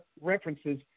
references